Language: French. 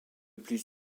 plus